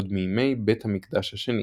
עוד מימי בית המקדש השני.